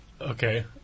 Okay